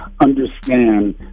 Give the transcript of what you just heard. understand